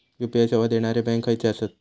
UPI सेवा देणारे bank खयचे आसत?